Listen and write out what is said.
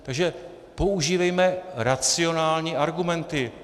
Takže používejme racionální argumenty.